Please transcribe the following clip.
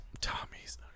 Tommy's